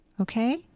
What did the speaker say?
Okay